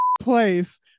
place